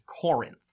Corinth